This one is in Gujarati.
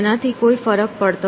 તેનાથી કોઈ ફરક નથી પડતો